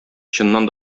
чыннан